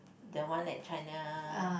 the one at China